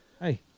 Hey